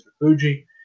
Fuji